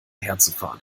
herzufahren